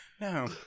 No